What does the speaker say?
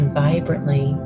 vibrantly